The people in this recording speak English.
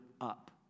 up